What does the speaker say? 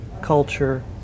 culture